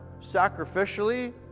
sacrificially